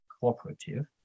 cooperative